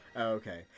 Okay